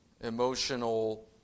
emotional